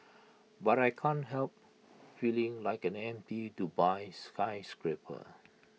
but I can't help feeling like an empty Dubai skyscraper